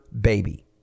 baby